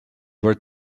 were